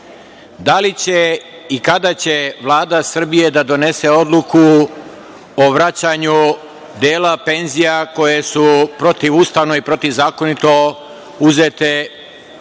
Da li će i kada će Vlada Srbije da donese odluku o vraćanju dela penzija koje su protivustavno i protivzakonito uzete